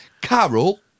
Carol